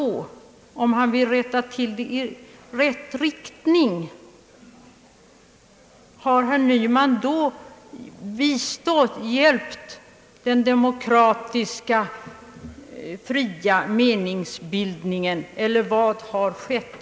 Om departementschefen vill rätta till det i enligt hans åsikt rätt riktning, har herr Nyman då hjälpt den demokratiska fria meningsbildningen, eller vad har skett?